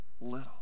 little